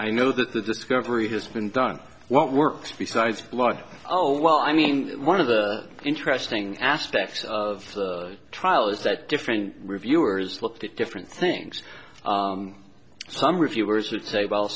i know that the discovery has been done what works besides a lot oh well i mean one of the interesting aspects of trial is that different reviewers looked at different things some reviewers would say well